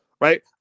Right